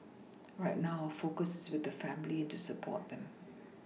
right now our focus is with the family and to support them